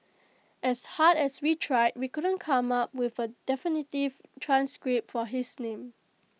as hard as we tried we couldn't come up with A definitive transcript for his name